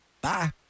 Bye